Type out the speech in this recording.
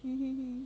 mm mm